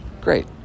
great